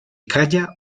calla